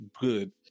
good